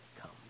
come